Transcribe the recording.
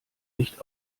nicht